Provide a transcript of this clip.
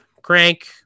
crank